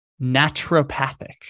Naturopathic